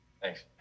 Thanks